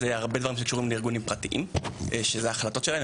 הרבה מהן קשורות לארגונים פרטיים שאלו ההחלטות שלהם,